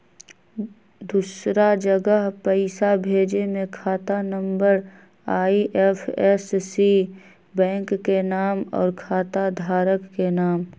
दूसरा जगह पईसा भेजे में खाता नं, आई.एफ.एस.सी, बैंक के नाम, और खाता धारक के नाम?